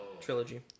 Trilogy